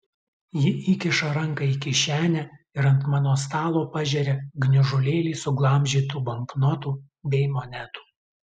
ji įkiša ranką į kišenę ir ant mano stalo pažeria gniužulėlį suglamžytų banknotų bei monetų